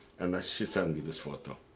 and she sent me this photo.